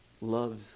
loves